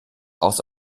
aus